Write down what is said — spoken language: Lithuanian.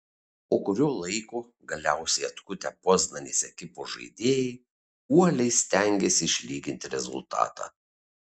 po kurio laiko galiausiai atkutę poznanės ekipos žaidėjai uoliai stengėsi išlyginti rezultatą